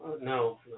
no